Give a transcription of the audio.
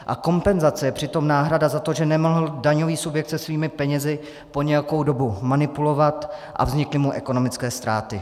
A kompenzace je přitom náhrada za to, že nemohl daňový subjekt se svými penězi po nějakou dobu manipulovat a vznikly mu ekonomické ztráty.